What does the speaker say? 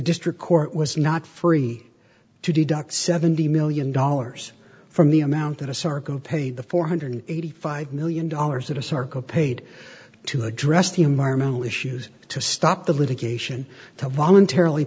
district court was not free to deduct seventy million dollars from the amount that asarco paid the four hundred and eighty five million dollars at asarco paid to address the environmental issues to stop the litigation to voluntarily